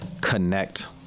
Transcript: connect